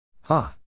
Ha